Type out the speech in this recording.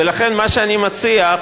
ולכן אני מציע,